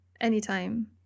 anytime